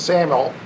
Samuel